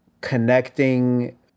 connecting